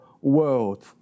world